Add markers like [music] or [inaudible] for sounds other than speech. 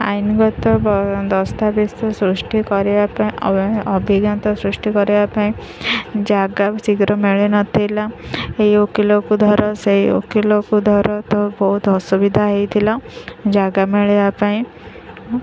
ଆଇନଗତ [unintelligible] ଦସ୍ତାବିଜ ସୃଷ୍ଟି କରିବା ପାଇଁ ଅଭିଜ୍ଞତା ସୃଷ୍ଟି କରିବା ପାଇଁ ଜାଗା ଶୀଘ୍ର ମିଳିନଥିଲା ଏହି ଓକିଲକୁ ଧର ସେଇ ଓକିଲକୁ ଧର ତ ବହୁତ ଅସୁବିଧା ହେଇଥିଲା ଜାଗା ମିଳିବା ପାଇଁ